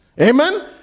Amen